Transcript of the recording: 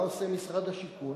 מה עושה משרד השיכון?